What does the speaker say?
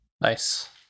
nice